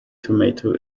tomato